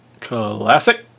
Classic